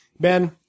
Ben